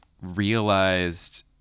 realized